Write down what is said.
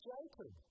Jacob